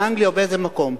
באנגליה או באיזה מקום,